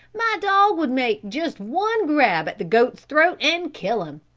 my dog would make just one grab at the goat's throat and kill him.